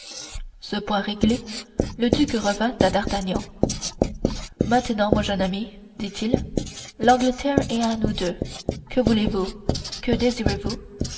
ce point réglé le duc revint à d'artagnan maintenant mon jeune ami dit-il l'angleterre est à nous deux que voulez-vous que désirez-vous